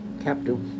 capital